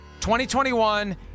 2021